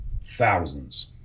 thousands